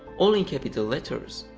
all in capital letters.